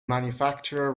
manufacturer